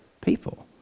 people